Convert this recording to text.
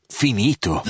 finito